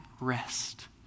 rest